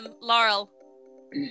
Laurel